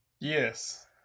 Yes